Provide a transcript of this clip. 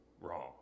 wrong